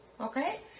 Okay